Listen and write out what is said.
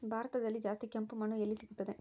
ಭಾರತದಲ್ಲಿ ಜಾಸ್ತಿ ಕೆಂಪು ಮಣ್ಣು ಎಲ್ಲಿ ಸಿಗುತ್ತದೆ?